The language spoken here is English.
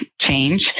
change